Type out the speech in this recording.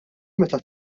meta